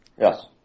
Yes